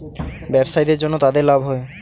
ব্যবসায়ীদের জন্য তাদের লাভ হয়